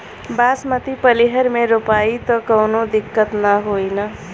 बासमती पलिहर में रोपाई त कवनो दिक्कत ना होई न?